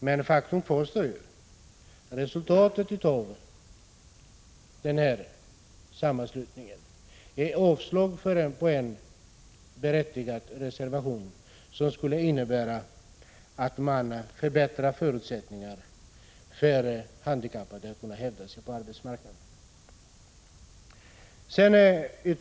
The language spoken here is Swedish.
Men faktum kvarstår: resultatet av denna sammanslutning är avslag på en berättigad reservation som skulle innebära att man förbättrar förutsättningarna för handikappade att hävda sig på arbetsmarknaden.